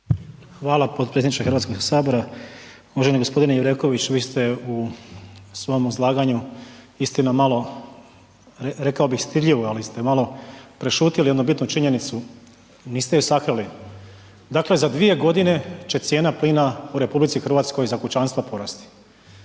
Hvala potpredsjedniče Hrvatskog sabora. Uvaženi gospodine Jureković vi ste u svojem izlaganju istina malo, rekao bih stidljivo, ali ste malo prešutjeli jednu bitnu činjenicu niste ju sakrili, dakle za 2 godine će cijena plina u RH za kućanstva porasti.